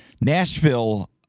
Nashville